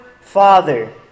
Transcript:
Father